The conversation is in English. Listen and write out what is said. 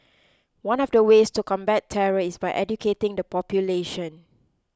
one of the ways to combat terror is by educating the population